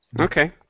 Okay